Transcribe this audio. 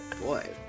boy